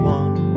one